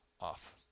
off